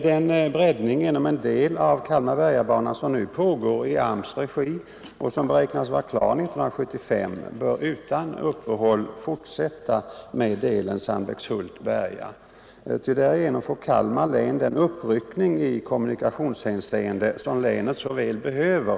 Den breddning inom en del av Kalmar-Berga-banan som nu pågår i AMS:s regi och som beräknas vara klar 1975 bör utan uppehåll fortsätta med delen Sandbäckshult-Berga, ty därigenom får Kalmar län den uppryckning i kommunikationshänseende som länet så väl behöver.